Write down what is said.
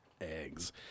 eggs